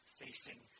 facing